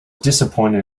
disappointed